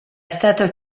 stato